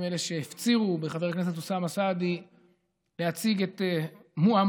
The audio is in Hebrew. הם אלה שהפצירו בחבר הכנסת אוסאמה סעדי להציג את מועמדותו.